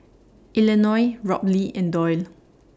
Eleonore Robley and Doyle